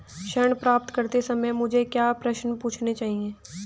ऋण प्राप्त करते समय मुझे क्या प्रश्न पूछने चाहिए?